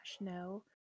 no